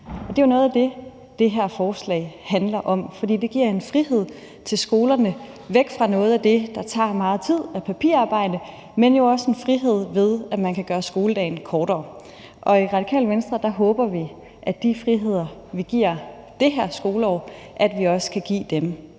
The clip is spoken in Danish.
det er jo noget af det, som det her forslag handler om, fordi det giver en frihed til skolerne væk fra noget af det papirarbejde, som tager meget tid, men jo også giver en frihed til, at de kan gøre skoledagen kortere. I Radikale Venstre håber vi, at de friheder, vi giver i det her skoleår, også kan blive